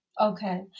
Okay